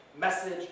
message